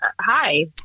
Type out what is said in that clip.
hi